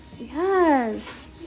Yes